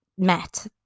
met